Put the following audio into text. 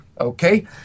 okay